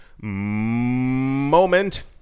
moment